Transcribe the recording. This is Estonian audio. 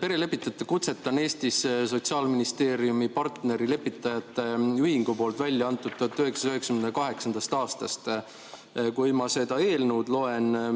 perelepitajate kutset on Eestis Sotsiaalministeeriumi partneri, lepitajate ühingu poolt välja antud 1998. aastast. Kui ma loen seda eelnõu,